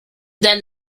then